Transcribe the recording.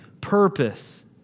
purpose